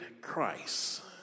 Christ